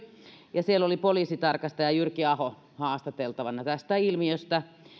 ja siellä oli poliisitarkastaja jyrki aho haastateltavana tästä ilmiöstä